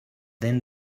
then